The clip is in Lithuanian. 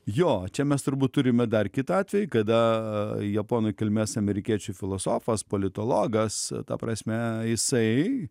jo čia mes turbūt turime dar kitą atvejį kada japonų kilmės amerikiečių filosofas politologas ta prasme jisai